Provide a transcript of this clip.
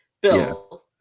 Bill